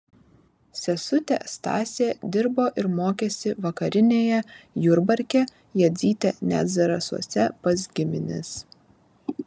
sesutė stasė dirbo ir mokėsi vakarinėje jurbarke jadzytė net zarasuose pas gimines